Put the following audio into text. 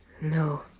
No